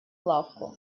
лавку